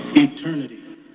Eternity